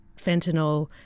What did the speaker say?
fentanyl